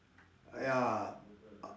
ya